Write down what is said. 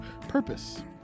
purpose